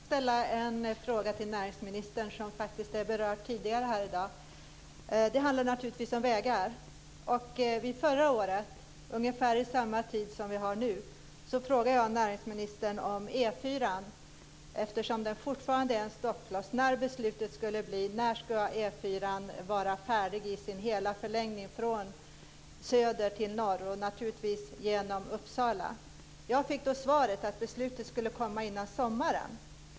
Fru talman! Jag vill ställa en fråga till näringsministern som faktiskt är berörd tidigare här i dag. Det handlar naturligtvis om vägar. Förra året vid ungefär samma tid som nu frågade jag näringsministern om E 4:an, eftersom den fortfarande är en stoppkloss. Jag frågade när beslutet skulle komma och när E 4:an skulle vara färdig i hela sin längd från söder till norr - och naturligtvis genom Uppsala. Jag fick då svaret att beslutet skulle komma innan sommaren.